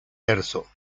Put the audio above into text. verso